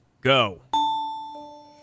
go